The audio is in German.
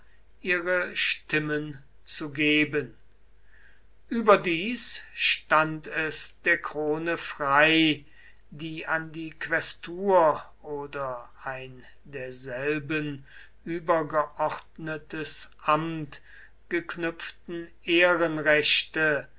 ihre stimmen zu geben überdies stand es der krone frei die an die quästur oder ein derselben übergeordnetes amt geknüpften ehrenrechte